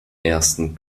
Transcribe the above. ersten